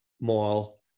mall